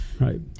right